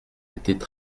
étaient